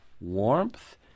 warmth